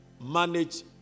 manage